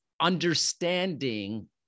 understanding